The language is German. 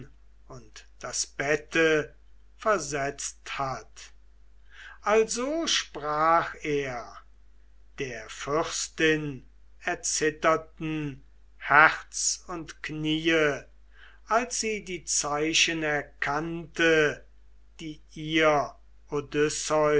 und das bette versetzt hat also sprach er der fürstin erzitterten herz und kniee als sie die zeichen erkannte die ihr